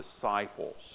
disciples